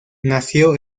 nació